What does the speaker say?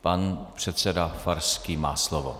Pan předseda Farský má slovo.